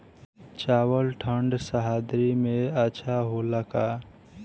चावल ठंढ सह्याद्री में अच्छा होला का?